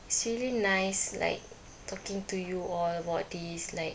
it's really nice like talking to you all about this like